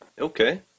Okay